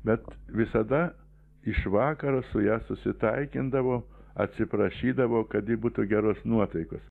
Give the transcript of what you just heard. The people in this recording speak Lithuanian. bet visada iš vakaro su ja susitaikindavo atsiprašydavo kad ji būtų geros nuotaikos